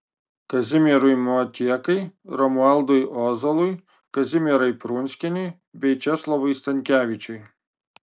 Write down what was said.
kazimierui motiekai romualdui ozolui kazimierai prunskienei bei česlovui stankevičiui